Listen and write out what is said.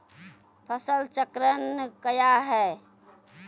फसल चक्रण कया हैं?